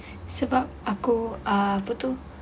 sebab aku ah apa tu